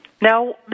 Now